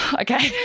Okay